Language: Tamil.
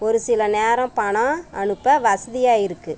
ஒரு சில நேரம் பணம் அனுப்ப வசதியாக இருக்கும்